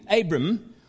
Abram